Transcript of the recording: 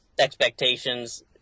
expectations